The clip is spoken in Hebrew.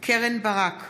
קרן ברק,